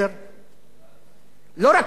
לא רק בערוץ-10 אלא גם בערוץ-1,